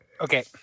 Okay